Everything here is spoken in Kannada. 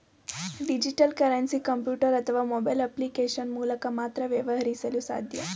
ಡಿಜಿಟಲ್ ಕರೆನ್ಸಿ ಕಂಪ್ಯೂಟರ್ ಅಥವಾ ಮೊಬೈಲ್ ಅಪ್ಲಿಕೇಶನ್ ಮೂಲಕ ಮಾತ್ರ ವ್ಯವಹರಿಸಲು ಸಾಧ್ಯ